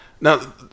Now